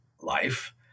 life